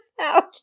out